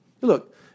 Look